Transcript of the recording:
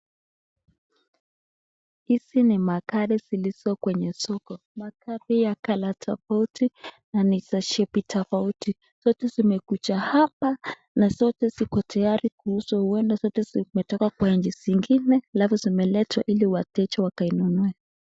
Hizi ni magari zilizo kwenye soko. Magari ya kala tofauti na ni za shepu tofauti. Zote zimekuja hapa na zote ziko tayari kuuzwa huenda zote zimetoka kwa nchi zingine alafu zimeletwa ili wateja wakainunue.